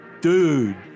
Dude